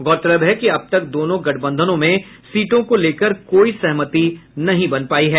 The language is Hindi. गौरतलब है कि अब तक दोनों गठबंधनों में सीटों को लेकर कोई सहमति नहीं बन पायी है